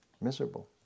miserable